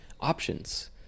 options